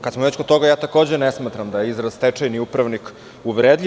Kad smo već kod toga, takođe ne smatram da je izraz stečajni upravnik uvredljiv.